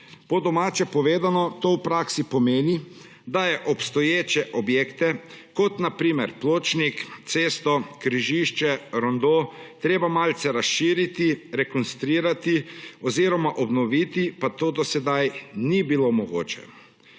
Po domače povedano, to v praksi pomeni, da je obstoječe objekte, kot na primer pločnik, cesto, križišče, rondo, treba malce razširiti, rekonstruirati oziroma obnoviti, pa to do sedaj ni bilo mogoče.